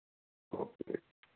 okay